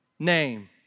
Name